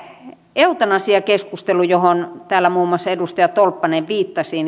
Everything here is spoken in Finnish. eutanasiakeskustelu johon täällä muun muassa edustaja tolppanen viittasi